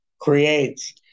creates